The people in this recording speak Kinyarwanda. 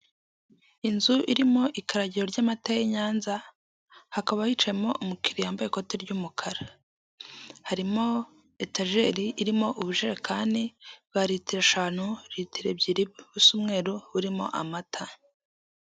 Inzu irimo ikaragiro ry'amata y'i Nyanza hakaba yicayemo umukiriya yambaye ikoti ry'umukara, harimo etajeri irimo ubujekani ba litiro eshanu, litiro ebyiri busa umweru burimo amata.